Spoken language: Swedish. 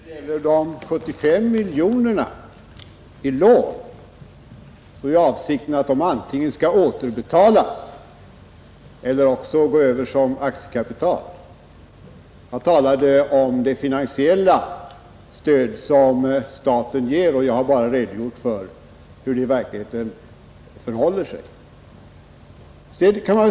Herr talman! Vad gäller de 75 miljonerna i lån så är ju avsikten att de pengarna antingen skall återbetalas eller också gå över som aktiekapital. Jag talade om det finansiella stöd som staten ger och redogjorde bara för hur det i verkligheten förhåller sig med det.